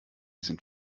sind